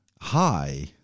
Hi